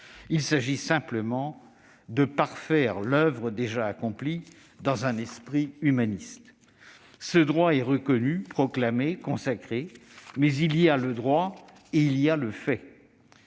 il s'agit simplement de parfaire l'oeuvre déjà accomplie, dans un esprit humaniste. Ce droit est reconnu, proclamé et consacré. Mais il y a le droit et il y a le fait.